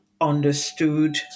understood